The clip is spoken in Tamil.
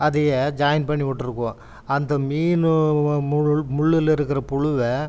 அதை ஜாய்ன் பண்ணிவிட்ருக்குவோம் அந்த மீன் முள் முள்ளில் இருக்கிற புழுவை